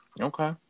Okay